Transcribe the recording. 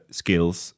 skills